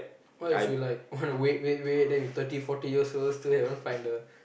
what if you like wanna wait wait wait then you thirty forty years old still haven't find the